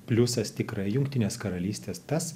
pliusas tikrai jungtinės karalystės tas